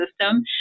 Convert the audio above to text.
system